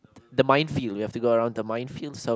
the minefield you have to go around the minefield so